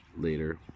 later